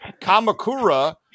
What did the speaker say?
Kamakura